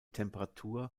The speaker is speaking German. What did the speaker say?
temperatur